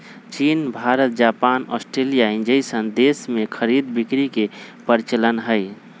चीन Bharat Japan Australia जइसन देश में खरीद बिक्री के परचलन हई